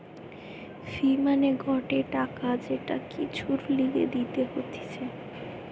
ফি মানে গটে টাকা যেটা কিছুর লিগে দিতে হতিছে